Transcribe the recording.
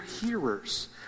hearers